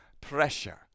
pressure